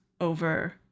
over